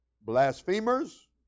blasphemers